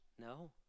No